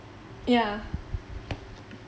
ya